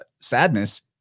sadness